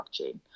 blockchain